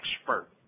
expert